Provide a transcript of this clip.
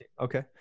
Okay